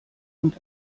und